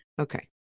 Okay